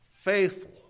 faithful